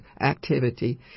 activity